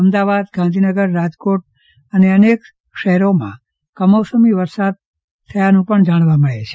અમદાવાદ ગાંઘીનગર રાજકોટ તેમજ અન્ય શહેરોમાં કમોસમી વરસાદ થયાનું જાણવા મળેલ છે